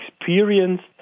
experienced